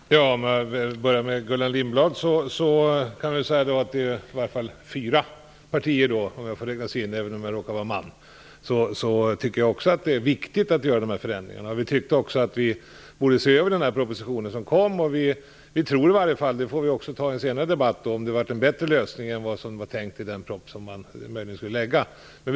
Fru talman! Jag skall börja med att bemöta Gullan Lindblad. Jag kan säga att i alla fall fyra partier finns representerade här, om jag får räknas in trots att jag råkar vara man. Jag tycker också att det är viktigt att göra dessa förändringar. Vi ansåg att den proposition som kom tidigare borde ses över. I en senare debatt får vi diskutera om det blev en bättre lösning med den nya propositionen.